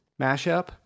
mashup